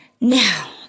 Now